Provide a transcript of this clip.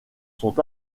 sont